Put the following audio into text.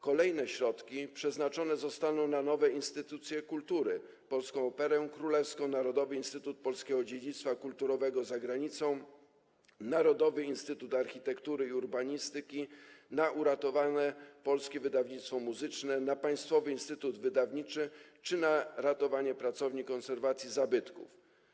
Kolejne środki przeznaczone zostaną na nowe instytucje kultury: Polską Operę Królewską, Narodowy Instytut Polskiego Dziedzictwa Kulturowego za Granicą, Narodowy Instytut Architektury i Urbanistyki, a także na uratowane Polskie Wydawnictwo Muzyczne, Państwowy Instytut Wydawniczy czy na ratowanie pracowni konserwacji zabytków.